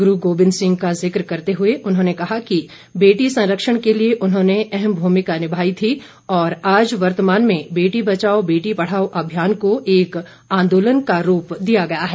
गुरू गोविंद सिंह का जिक करते हुए उन्होंने कहा कि बेटी संरक्षण के लिए उन्होंने अहम भूमिका निभाई थी और आज वर्तमान में बेटी बचाओ बेटी पढ़ाओ अभियान को एक आंदोलन का रूप दिया गया है